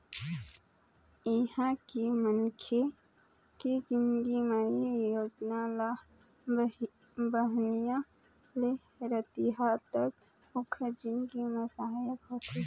इहाँ के मनखे के जिनगी म ए योजना ल बिहनिया ले रतिहा तक ओखर जिनगी म सहायक होथे